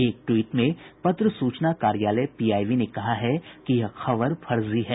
एक ट्वीट में पत्र सूचना कार्यालय पीआईबी ने कहा कि यह खबर फर्जी है